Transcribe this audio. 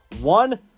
one